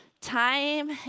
Time